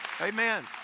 Amen